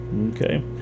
Okay